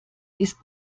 ist